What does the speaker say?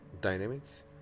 Dynamics